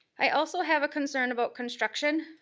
i also have a concern about construction.